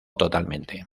totalmente